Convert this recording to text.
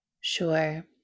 Sure